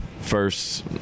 First